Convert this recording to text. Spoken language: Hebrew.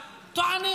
אליהם.